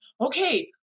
okay